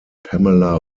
pamela